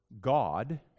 God